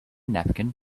napkin